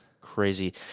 crazy